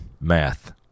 math